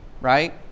Right